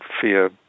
fear